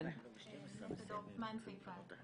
נטע דורפמן, "פייפאל".